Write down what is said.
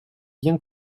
bien